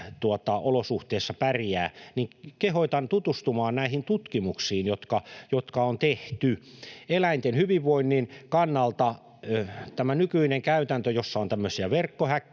olosuhteissa pärjää — kehotan tutustumaan näihin tutkimuksiin, jotka on tehty. Eläinten hyvinvoinnin kannalta tämä nykyinen käytäntö, jossa on tämmöisiä verkkohäkkejä